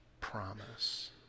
promise